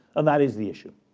and that is the issue.